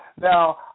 Now